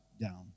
down